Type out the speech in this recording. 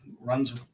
runs